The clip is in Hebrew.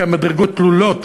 כי המדרגות תלולות,